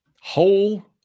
Whole